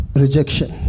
rejection